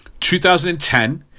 2010